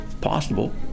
possible